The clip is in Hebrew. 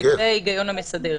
לפני ההיגיון המסדר.